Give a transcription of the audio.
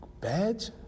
Badge